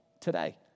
today